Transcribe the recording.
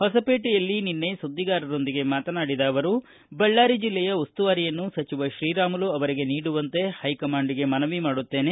ಹೊಸಪೇಟೆಯಲ್ಲಿ ನಿನ್ನೆ ಸುದ್ದಿಗಾರರೊಂದಿಗೆ ಮಾತನಾಡಿದ ಅವರು ಬಳ್ಳಾರಿ ಜಿಲ್ಲೆಯ ಉಸ್ತುವಾರಿಯನ್ನು ಸಚಿವ ಶ್ರೀರಾಮುಲು ಅವರಿಗೆ ನೀಡುವಂತೆ ಪೈಕಮಾಂಡ್ಗೆ ಮನವಿ ಮಾಡುತ್ತೇನೆ